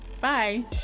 Bye